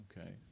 okay